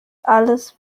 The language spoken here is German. alles